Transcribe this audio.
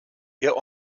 ihr